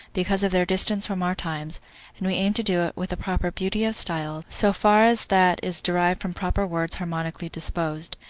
because of their distance from our times and we aim to do it with a proper beauty of style, so far as that is derived from proper words harmonically disposed,